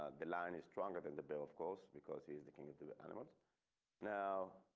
ah the lion is stronger than the bill. of course be cause. he's looking into the animals now.